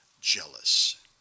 Jealous